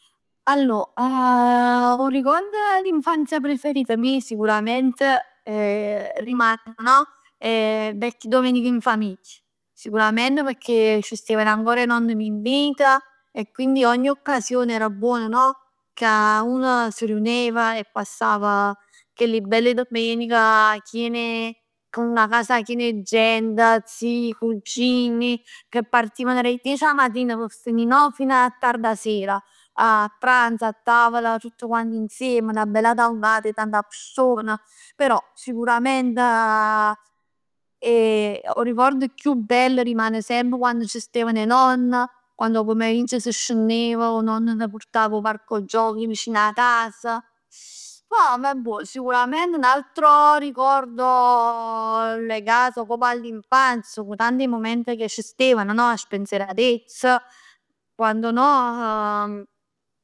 Allor, 'o ricordo d'infanzia preferito mio, sicuramente, rimane no? E vecchie domeniche in famiglia, sicurament pecchè c' steven pure i nonni meje in vita e quindi ogni occasione era buona no? Ca uno s' riunev e passava chell belle domeniche chien, cu 'na casa chien 'e gent. Zii, cugini, che partivano da 'e diec 'a matin p' fini no? Fino 'e tardi 'a sera. A pranzo a tavola, tutt quant insieme, 'na bella tavulat 'e tanta persone. Però sicurament 'o ricordo chiù bello rimane semp quando c' steven 'e nonn. Quando 'o pomeriggio s' scennev e 'o nonno t' purtav 'o parco giochi vicino 'a cas. Poi vabbuò, sicuramente un altro ricordo legato proprio all'infanzia, sono tanto 'e mument che ci steven no? 'A spensieratezza, quando no?